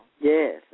Yes